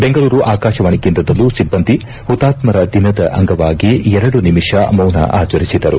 ಬೆಂಗಳೂರು ಆಕಾಶವಾಣಿ ಕೇಂದ್ರದಲ್ಲೂ ಸಿಬ್ಬಂದಿ ಹುತಾತ್ತರ ದಿನದ ಅಂಗವಾಗಿ ಎರಡು ನಿಮಿಷ ಮೌನ ಆಚರಿಸಿದರು